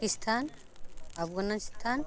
Pakistan Afghanistan